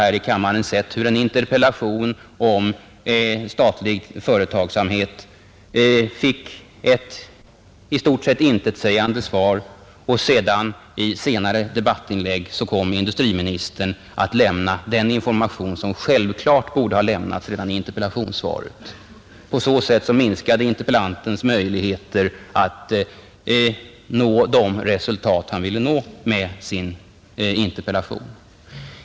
Och vi har sett hur en interpellation om statlig företagsamhet fick ett i stort sett intetsägande skriftligt svar, varpå industriministern i senare debattinlägg lämnade den information som självklart borde ha lämnats redan i interpellationssvaret. På så sätt minskade interpellantens möjligheter att nå det resultat han ville nå med sin interpellation.